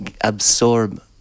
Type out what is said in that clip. absorb